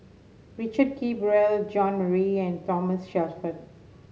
Richard Kee Beurel Jean Marie and Thomas Shelford